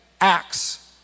acts